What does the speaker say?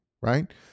right